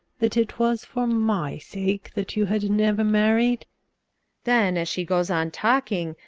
that it was for my sake that you had never married then, as she goes on talking,